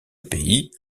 pays